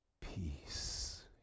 peace